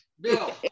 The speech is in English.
Bill